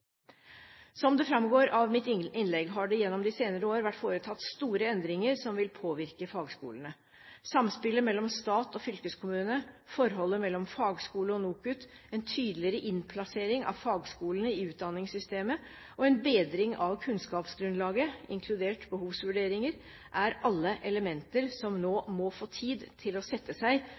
Som det framgår av mitt innlegg, har det gjennom de senere år vært foretatt store endringer som vil påvirke fagskolene. Samspillet mellom stat og fylkeskommune, forholdet mellom fagskole og NOKUT, en tydeligere innplassering av fagskolene i utdanningssystemet og en bedring av kunnskapsgrunnlaget, inkludert behovsvurderinger, er alle elementer som nå må få tid til å sette seg